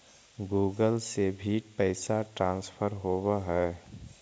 Google से भी पैसा ट्रांसफर होवहै?